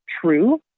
true